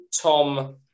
Tom